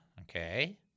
okay